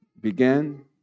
began